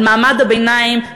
על מעמד הביניים,